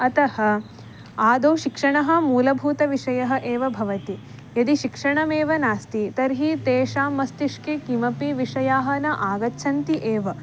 अतः आदौ शिक्षणं मूलभूतविषयः एव भवति यदि शिक्षणमेव नास्ति तर्हि तेषां मस्तिष्के किमपि विषयाः न आगच्छन्ति एव